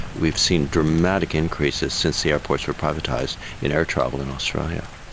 we've seen dramatic increases since the airports were privatised in air travel in australia.